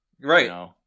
Right